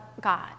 God